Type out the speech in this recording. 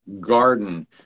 garden